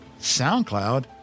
SoundCloud